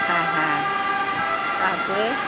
হ্যাঁ হ্যাঁ তারপরে